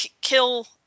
kill